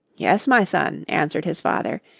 yes, my son, answered his father,